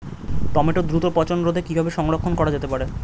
টমেটোর দ্রুত পচনরোধে কিভাবে সংরক্ষণ করা যেতে পারে?